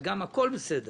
הכול בסדר,